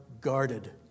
guarded